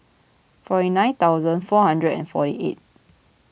four nine thousand four hundred four eight